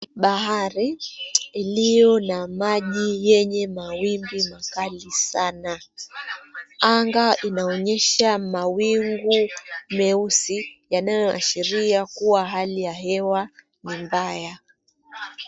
Bahari iliyo na maji yenye mawimbi makali sana. Anga inaonyesha mawingu meusi yanayoashiria kuwa hali ya hewa ni mbaya.